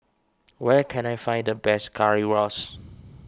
where can I find the best Currywurst